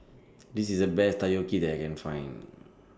This IS The Best Takoyaki that I Can Find